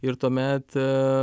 ir tuomet